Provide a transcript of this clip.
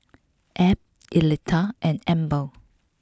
Ebb Electa and Amber